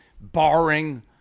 barring